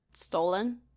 Stolen